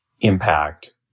impact